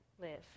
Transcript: live